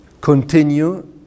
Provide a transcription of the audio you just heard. continue